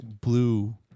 blue